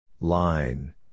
Line